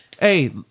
Hey